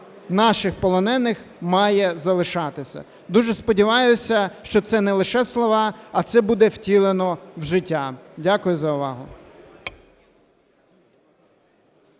наших полонених має залишатися. Дуже сподіваюся, що це не лише слова, а це буде втілено в життя. Дякую за увагу.